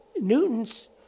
Newton's